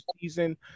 season